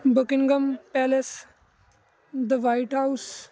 buckingham palace the white house